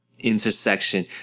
intersection